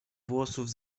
włosów